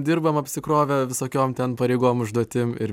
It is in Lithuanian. dirbam apsikrovę visokiom ten pareigom užduotim ir